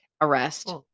arrest